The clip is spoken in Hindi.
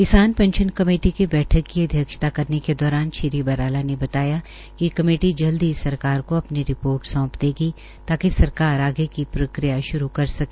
किसान पेंशन कमेटी की बैठक की अध्यक्षता करने के दौरान श्री बराला ने बताया कि कमेटी जल्द ही सरकार को अपनी रिपोर्ट सौंप देगी ताकि सरकार आगे की प्रक्रिया श्रू कर सके